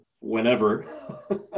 whenever